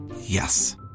Yes